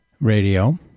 radio